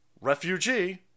refugee